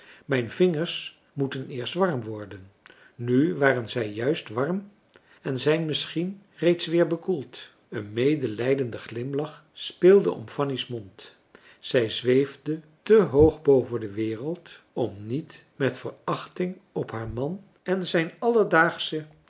mijn vingers moeten eerst warm worden nu waren zij juist warm en zijn misschien reeds weer bekoeld een medelijdende glimlach speelde om fanny's mond zij zweefde te hoog boven de wereld om niet met verachting op haar man en zijn alledaagsche